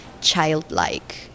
childlike